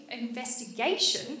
investigation